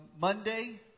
Monday